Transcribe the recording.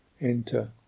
enter